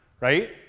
Right